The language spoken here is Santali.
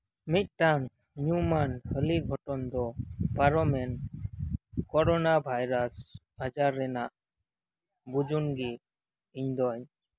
ᱢᱤᱫᱴᱟᱱ ᱧᱩᱢᱟᱱ ᱦᱟᱞᱤ ᱜᱷᱚᱴᱚᱱ ᱫᱚ ᱯᱟᱨᱚᱢᱮᱱ ᱠᱚᱨᱳᱱᱟ ᱵᱷᱟᱭᱨᱟᱥ ᱟᱡᱟᱨ ᱨᱮᱭᱟᱜ ᱵᱩᱡᱩᱱ ᱜᱮ ᱤᱧ ᱫᱚᱧ